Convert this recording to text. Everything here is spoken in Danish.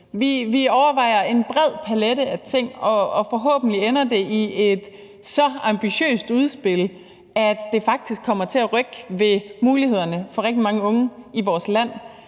Vi overvejer en bred palet af ting, og forhåbentlig ender det i et så ambitiøst udspil, at det faktisk kommer til at rykke ved mulighederne for rigtig mange unge i vores land.